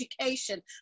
education